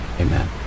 amen